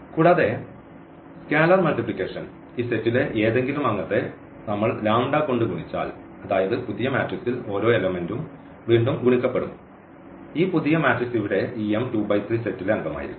കൂടാതെ scalar multiplication ഈ സെറ്റിലെ ഏതെങ്കിലും അംഗത്തെ നമ്മൾ കൊണ്ട് ഗുണിച്ചാൽ അതായത് പുതിയ മാട്രിക്സ്ൽ ഓരോ എലമെന്റ്ഉം വീണ്ടും ഗുണിക്കപ്പെടും ഈ പുതിയ മാട്രിക്സ് ഇവിടെ ഈ സെറ്റിലെ അംഗമായിരിക്കും